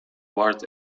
guard